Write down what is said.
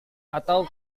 atau